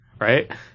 right